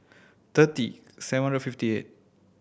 thirty seven hundred fifty eight